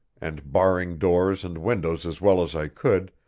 and, barring doors and windows as well as i could,